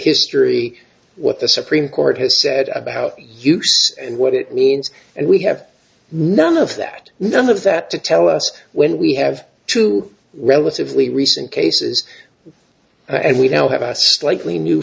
history what the supreme court has said about what it means and we have none of that none of that to tell us when we have to relativity recent cases and we now have a slightly new